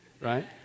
right